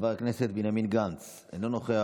חבר הכנסת גדעון סער, אינו נוכח,